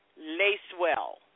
Lacewell